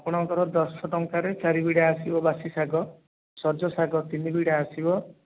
ଆପଣଙ୍କର ଦଶ ଟଙ୍କାରେ ଚାରି ବିଡ଼ା ଆସିବ ବାସି ଶାଗ ସଜ ଶାଗ ତିନି ବିଡ଼ା ଆସିବ